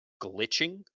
glitching